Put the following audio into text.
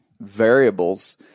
variables